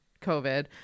covid